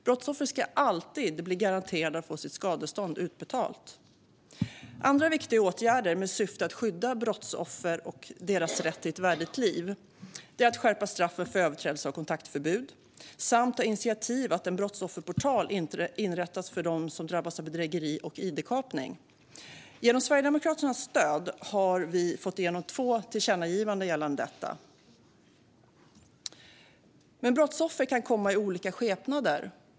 Brottsoffer ska alltid bli garanterade att få sitt skadestånd utbetalt. Andra viktiga åtgärder med syfte att skydda brottsoffer och deras rätt till ett värdigt liv är att skärpa straffen för överträdelse av kontaktförbud samt ta initiativ till att en brottsofferportal inrättas för dem som drabbas av bedrägerier och id-kapningar. Genom Sverigedemokraternas stöd har vi fått igenom två tillkännagivanden gällande detta. Brottsoffer kan komma i olika skepnader.